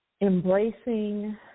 embracing